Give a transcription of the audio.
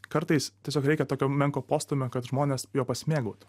kartais tiesiog reikia tokio menko postūmio kad žmonės juo pasimėgautų